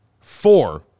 Four